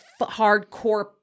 hardcore